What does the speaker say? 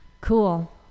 Cool